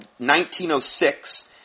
1906